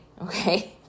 okay